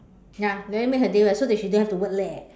ya then I make her day right so that she don't have to work leh